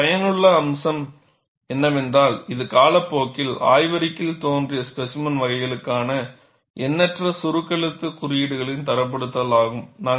இதன் பயனுள்ள அம்சம் என்னவென்றால் இது காலப்போக்கில் ஆய்வறிக்கையில் தோன்றிய ஸ்பேசிமென் வகைகளுக்கான எண்ணற்ற சுருக்கெழுத்து குறியீடுகளின் தரப்படுத்துதல் ஆகும்